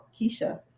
Keisha